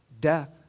Death